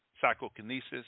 psychokinesis